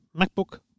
MacBook